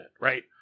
right